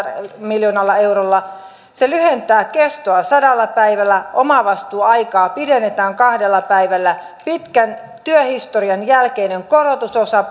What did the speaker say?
miljoonalla eurolla se lyhentää sen kestoa sadalla päivällä omavastuuaikaa pidennetään kahdella päivällä pitkän työhistorian jälkeinen korotusosa